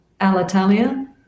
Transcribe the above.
Alitalia